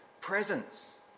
presence